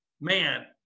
man